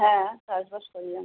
হ্যাঁ চাষবাস করি আমি